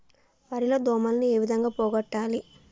వరి లో దోమలని ఏ విధంగా పోగొట్టాలి?